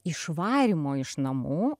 išvarymo iš namų